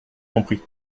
compris